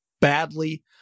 badly